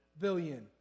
billion